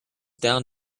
down